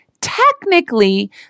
technically